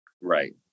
Right